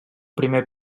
primer